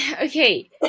Okay